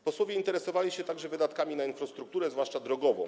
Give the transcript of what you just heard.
Posłowie interesowali się także wydatkami na infrastrukturę, zwłaszcza drogową.